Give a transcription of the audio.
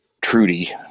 Trudy